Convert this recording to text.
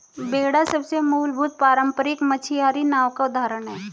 बेड़ा सबसे मूलभूत पारम्परिक मछियारी नाव का उदाहरण है